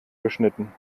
geschnitten